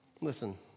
Listen